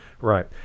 Right